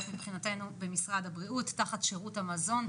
מבחינתנו במשרד הבריאות תחת שירות המזון.